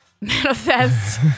manifest